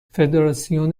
فدراسیون